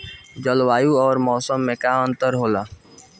जलवायु और मौसम में का अंतर होला?